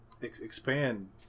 expand